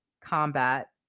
combat